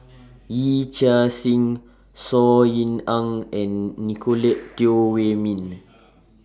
Yee Chia Hsing Saw Ean Ang and Nicolette Teo Wei Min